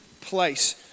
place